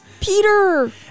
Peter